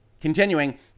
continuing